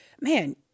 man